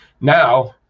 now